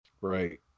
Right